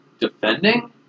defending